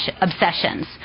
obsessions